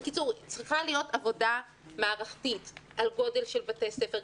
צריכה להיות עבודה מערכתית על גודל של בתי ספר,